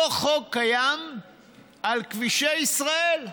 אותו חוק קיים על כבישי ישראל.